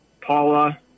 Paula